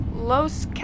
Los